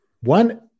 One